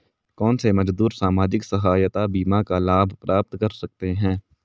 कौनसे मजदूर सामाजिक सहायता बीमा का लाभ प्राप्त कर सकते हैं?